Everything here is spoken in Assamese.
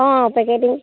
অঁ পেকেটও